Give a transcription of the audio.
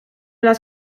las